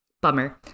Bummer